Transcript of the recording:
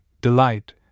delight